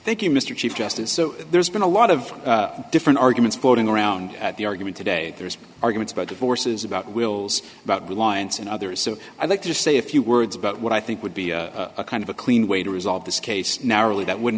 you mr chief justice so there's been a lot of different arguments floating around at the argument today there's arguments about divorces about wills about reliance and others so i'd like to say a few words about what i think would be a kind of a clean way to resolve this case now really that wouldn't